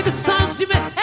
sounds stupid.